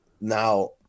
now